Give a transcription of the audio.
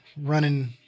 running